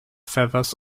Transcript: feathers